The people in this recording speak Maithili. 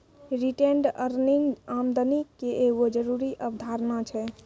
रिटेंड अर्निंग आमदनी के एगो जरूरी अवधारणा छै